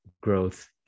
growth